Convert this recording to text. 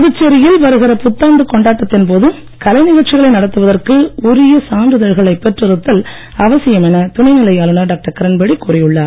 புதுச்சேரியில் வருகிற புத்தாண்டு கொண்டாட்டத்தின் போது கலைநிகழ்ச்சிகளை நடத்துவதற்கு உரிய சான்றிதழ்களை பெற்றிருத்தல் அவசியம் என துணை நிலை ஆளுநர் டாக்டர் கிரண் பேடி கூறியுள்ளார்